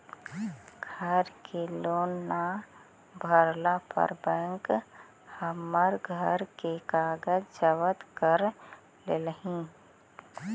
घर के लोन न भरला पर बैंक हमर घर के कागज जब्त कर लेलई